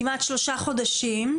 כמעט שלושה חודשים,